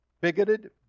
bigoted